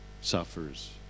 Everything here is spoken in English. suffers